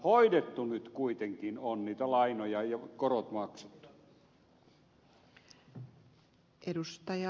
hoidettu nyt kuitenkin on niitä lainoja ja korot maksettu